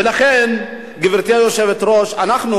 ולכן, גברתי היושבת-ראש, אנחנו